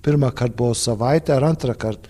pirmąkart buvau savaitę ar antrąkart